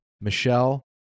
Michelle